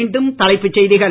மீண்டும் தலைப்புச் செய்திகள்